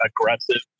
aggressive